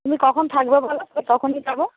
তুমি কখন থাকবে বলো তো তখনই যাব